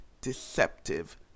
deceptive